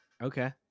okay